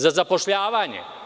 Za zapošljavanje?